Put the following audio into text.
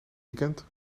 weekend